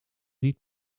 niet